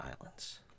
Islands